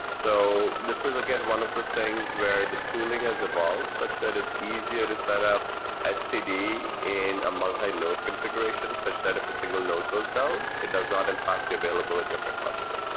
so this is, again, one of those things where the tooling has evolved such that it's easier to set up etcd in a multi-node configuration, such that if a single node goes down, it does not impact the availability of a cluster.